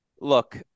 Look